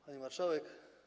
Pani Marszałek!